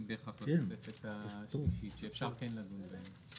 בהכרח לתוספת השלישית שאפשר כן לדון בהם?